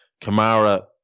Kamara